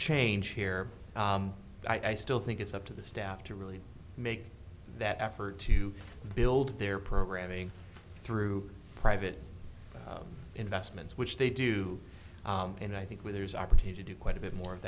change here i still think it's up to the staff to really make that effort to build their programming through private investments which they do and i think where there is opportunity do quite a bit more of